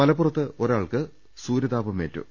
മലപ്പുറത്ത് ഒരാൾക്ക് സൂര്യതാപം ഏറ്റു